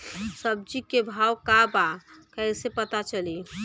सब्जी के भाव का बा कैसे पता चली?